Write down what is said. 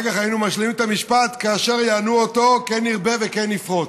אחר כך היינו משלימים את המשפט: "כאשר יענו אֹתו כן ירבה וכן יפרֹץ".